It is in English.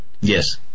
Yes